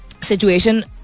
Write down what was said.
situation